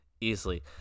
easily